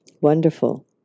Wonderful